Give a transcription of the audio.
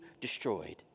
destroyed